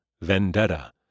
Vendetta